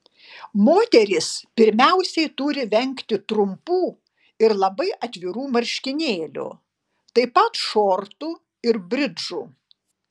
moterys pirmiausiai turi vengti trumpų ir labai atvirų marškinėlių taip pat šortų ir bridžų